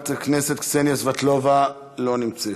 חברת הכנסת קסניה סבטלובה, לא נמצאת,